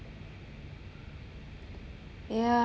yeah